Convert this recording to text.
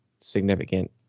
significant